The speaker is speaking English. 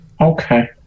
Okay